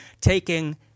taking